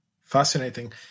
Fascinating